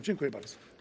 Dziękuję bardzo.